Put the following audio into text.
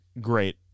great